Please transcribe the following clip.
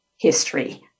history